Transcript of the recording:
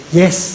yes